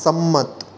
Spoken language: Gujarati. સંમત